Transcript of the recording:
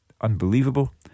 unbelievable